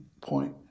point